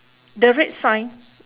the red sign